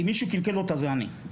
אם מישהו קלקל אותה זה אני.